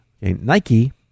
Nike